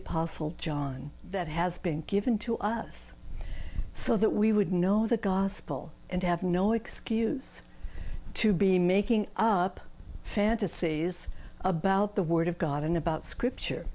apostle john that has been given to us so that we would know the gospel and have no excuse to be making up fantasies about the word of god and about scripture